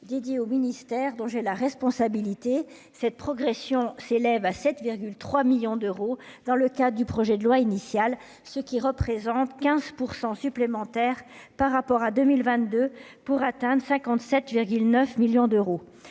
dédié au ministère dont j'ai la responsabilité, cette progression s'élève à 7 3 millions d'euros dans le cas du projet de loi initial, ce qui représente 15 % supplémentaires par rapport à 2022, pour atteindre 57 9 millions d'euros,